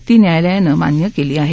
ती न्यायालयानं मान्य केली आहे